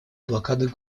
блокады